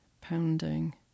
pounding